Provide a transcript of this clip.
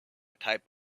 type